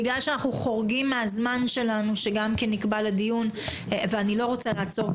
בגלל שאנחנו חורגים מן הזמן שנקבע לדיון ואני לא רוצה לעצור,